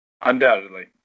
Undoubtedly